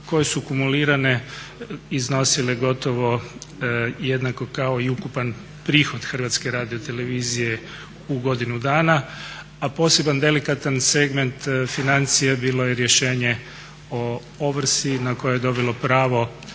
koje su kumulirane iznosile gotovo jednako kao i ukupan prihod Hrvatske radiotelevizije u godinu dana a poseban delikatan segment financija bilo je rješenje o ovrsi na koju je dobilo pravo